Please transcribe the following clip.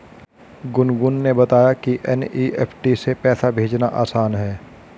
गुनगुन ने बताया कि एन.ई.एफ़.टी से पैसा भेजना आसान है